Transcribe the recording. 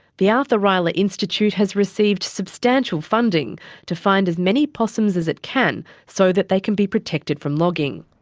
the arthur rylah institute has received substantial funding to find as many possums as it can so that they can be protected from logging.